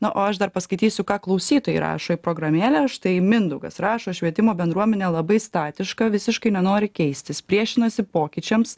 na o aš dar paskaitysiu ką klausytojai rašo į programėlę štai mindaugas rašo švietimo bendruomenė labai statiška visiškai nenori keistis priešinasi pokyčiams